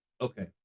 Okay